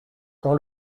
quand